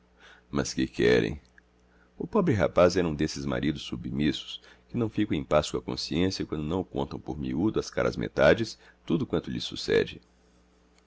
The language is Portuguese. mas que querem o pobre rapaz era um desses maridos submissos que não ficam em paz com a consciência quando não contam por miúdo às caras-metades tudo quanto lhes sucede